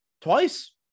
twice